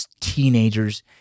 teenagers